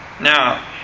Now